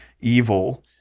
evil